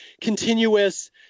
continuous